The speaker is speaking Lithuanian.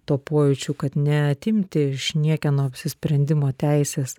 tuo pojūčiu kad neatimti iš niekieno apsisprendimo teisės